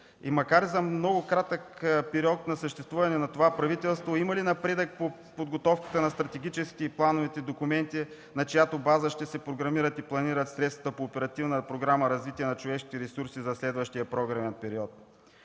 Макар за много кратък период на съществуване на това правителство, има ли напредък по подготовката на стратегическите и плановите документи, на чиято база ще се програмират и планират средствата по Оперативна програма „Развитие на човешките ресурси” за следващия програмен период?